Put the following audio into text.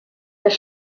des